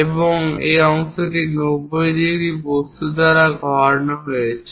এবং এই অংশটি 90 ডিগ্রি বস্তু দ্বারা ঘোরানো হয়েছে